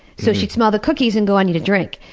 so she'd smell the cookies and go, i need a drink.